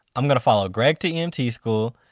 um gonna follow greg to emt school,